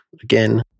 again